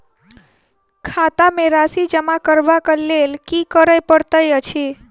खाता मे राशि जमा करबाक लेल की करै पड़तै अछि?